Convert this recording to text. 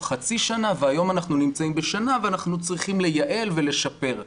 חצי שנה והיום אנחנו נמצאים בשנה ואנחנו צריכים לייעל ולשפר,